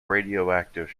radioactive